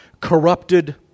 corrupted